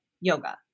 yoga